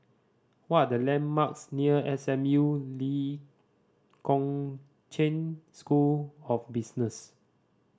what are the landmarks near S M U Lee Kong Chian School of Business